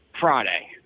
Friday